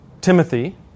Timothy